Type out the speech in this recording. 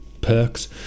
perks